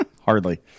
Hardly